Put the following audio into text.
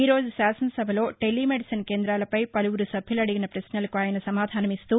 ఈరోజు శాసనసభలో టెలిమెడిసిన్ కేంద్రాలపై పలువురు సభ్యులు అడిగిన ప్రశ్నలకు ఆయన సమాధానమిస్తూ